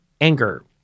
Anger